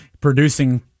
producing